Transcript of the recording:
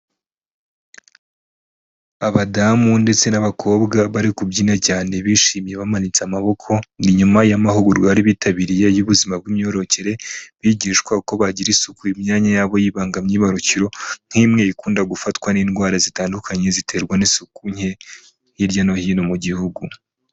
Abadamu ndetse n'abakobwa bari kubyina cyane, bishimye, bamanitse amaboko, ni nyuma y'amahugurwa bari bitabiriye y'ubuzima bw'imyororokere, bigishwa uko bagirira isuku imyanya yabo y'ibanga myibarukiro nk'imwe ikunda gufatwa n'indwara zitandukanye ziterwa n'isuku nke hirya no hino mu gihugu.